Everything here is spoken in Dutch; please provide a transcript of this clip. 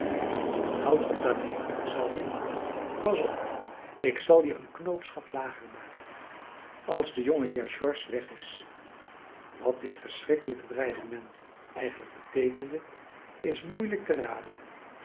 houdt op daarmee zal je pas op ik zal je een knoopsgat lager maken als de jongeheer george weg is wat dit verschrikkelijke dreigement eigenlijk beteekende is moeielijk te raden